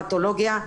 פתולוגיה,